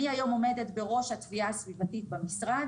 אני היום עומדת בראש התביעה הסביבתית במשרד.